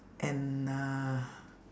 and uh